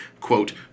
quote